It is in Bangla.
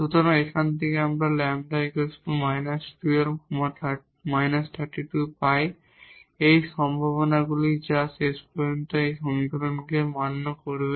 সুতরাং এখান থেকে আমরা λ −12 −32 পাই এই সম্ভাবনাগুলি যা শেষ পর্যন্ত এই সমীকরণকে মান্য করবে